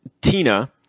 Tina